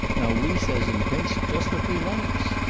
now we says and prints just what we likes.